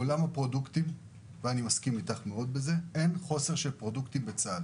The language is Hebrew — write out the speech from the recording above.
בעולם הפרודוקטים, אני מסכים אתך, אין חוסר בצה"ל.